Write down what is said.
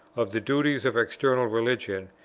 of the duties of external religion,